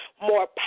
more